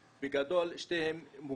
לאחל להם שתי תודות.